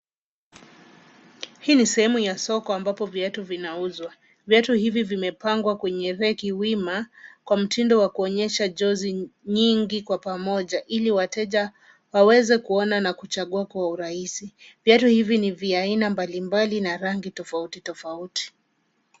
Hii ni sehemu ya soko ambapo viatu vinauzwa. Viatu hivi vimepangwa kwenye reki wima, kwa mtindo wa kuonyesha jozi nyingi kwa pamoja, ili wateja waweze kuona na kuchagua kwa urahisi. Viatu hivi ni vya aina mbalimbali na rangi tofauti tofauti.